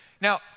Now